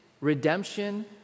redemption